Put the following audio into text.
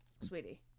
Sweetie